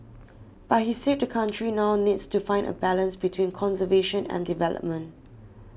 but he said the country now needs to find a balance between conservation and development